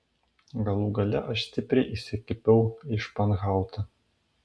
galų gale aš stipriai įsikibau į španhautą